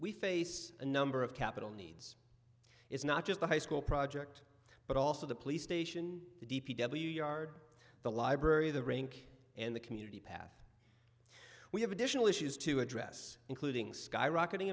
we face a number of capital needs it's not just the high school project but also the police station d p w yard the library the rink and the community path we have additional issues to address including skyrocketing